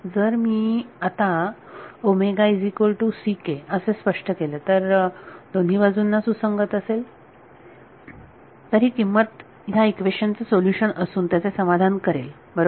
जर मी आता असे स्पष्ट केले तर ते दोन्ही बाजूंना सुसंगत असेल तर ही किंमत ह्या इक्वेशन चे सोल्युशन असून ते त्याचे समाधान करेल बरोबर